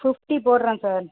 fifty போடுறேன் sir